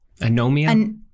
Anomia